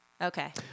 Okay